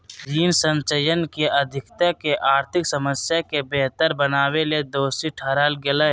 ऋण संचयन के अधिकता के आर्थिक समस्या के बेहतर बनावेले दोषी ठहराल गेलय